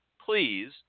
please